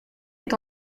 est